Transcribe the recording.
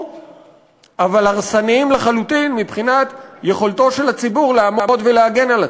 אבל הרסניים לחלוטין מבחינת יכולתו של הציבור לעמוד ולהגן על עצמו.